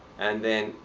and then,